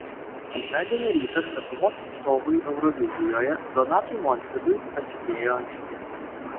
antradienio rytas lietuvos atstovui eurovizijoje donatui montvydui prasidėjo anksti